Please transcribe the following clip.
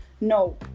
no